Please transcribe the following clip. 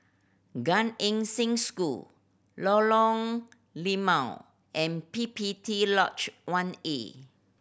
Gan Eng Seng School Lorong Limau and P P T Lodge One A